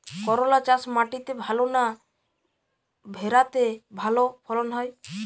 করলা চাষ মাটিতে ভালো না ভেরাতে ভালো ফলন হয়?